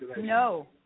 No